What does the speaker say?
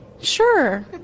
Sure